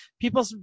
People